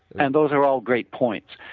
and those are all great points.